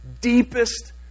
deepest